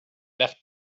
left